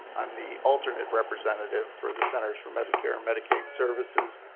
um i'm the alternate representative for the centers for medicare and medicaid services.